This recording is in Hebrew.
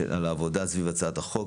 על העבודה סביב הצעת החוק,